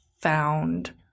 found –